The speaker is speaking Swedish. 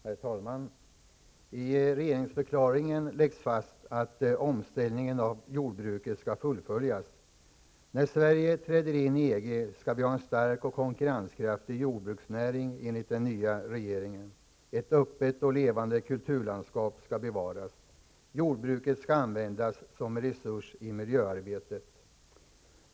Herr talman! I regeringsförklaringen läggs fast att omställningen av jordbruket skall fullföljas. När Sverige träder in i EG skall vi ha en stark och konkurrenskraftig jordbruksnäring enligt den nya regeringen. Ett öppet och levande kulturlandskap skall bevaras. Jordbruket skall användas som en resurs i miljöarbetet.